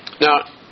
Now